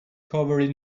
covered